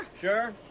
Sure